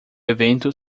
evento